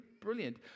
brilliant